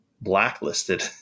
blacklisted